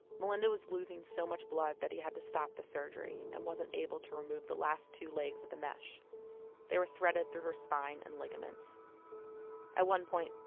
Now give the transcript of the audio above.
melynda was losing so much blood that he had to stop the surgery and wasn't able to remove the last two legs of the mesh they were threaded through her spine and ligaments at one point,